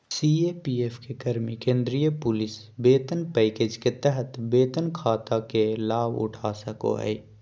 CAPF के कर्मि केंद्रीय पुलिस वेतन पैकेज के तहत वेतन खाता के लाभउठा सको हइ